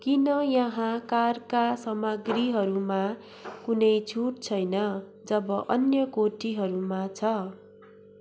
किन यहाँ कारका सामग्रीहरूमा कुनै छुट छैन जब अन्य कोटिहरूमा छ